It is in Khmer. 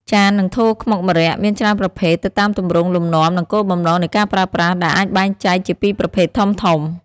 ចាន និងថូខ្មុកម្រ័ក្សណ៍មានច្រើនប្រភេទ ទៅតាមទម្រង់ លំនាំ និងគោលបំណងនៃការប្រើប្រាស់ ដែលអាចបែងចែកជាពីរប្រភេទធំៗ។